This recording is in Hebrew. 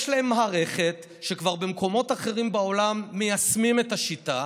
יש להם מערכת שכבר במקומות אחרים בעולם מיישמים את השיטה,